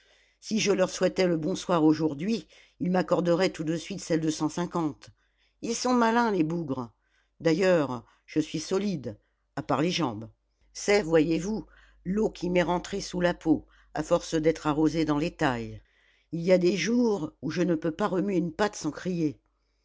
si je leur souhaitais le bonsoir aujourd'hui ils m'accorderaient tout de suite celle de cent cinquante ils sont malins les bougres d'ailleurs je suis solide à part les jambes c'est voyez-vous l'eau qui m'est entrée sous la peau à force d'être arrosé dans les tailles il y a des jours où je ne peux pas remuer une patte sans crier